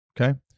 okay